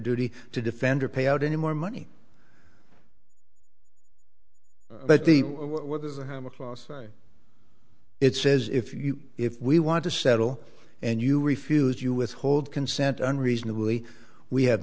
duty to defend or pay out any more money but the what does a hammock law say it says if you if we want to settle and you refuse you withhold consent unreasonably we ha